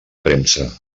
premsa